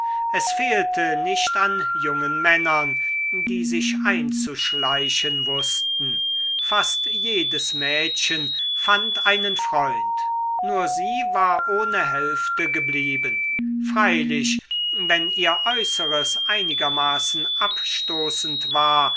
es fehlte nicht an jungen männern die sich einzuschleichen wußten fast jedes mädchen fand einen freund nur sie war ohne hälfte geblieben freilich wenn ihr äußeres einigermaßen abstoßend war